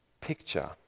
picture